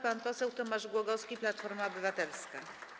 Pan poseł Tomasz Głogowski, Platforma Obywatelska.